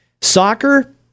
soccer